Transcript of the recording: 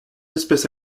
espèces